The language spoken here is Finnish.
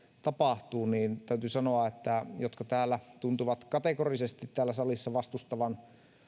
tapahtuu niin täytyy sanoa että ne jotka tuntuvat kategorisesti täällä salissa vastustavan